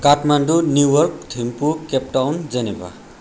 Kathmandu New York Thimphu Cape Town Geneva